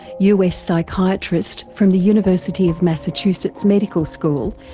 us psychiatrist from the university of massachusetts medical school,